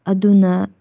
ꯑꯗꯨꯅ